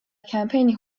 کمپینی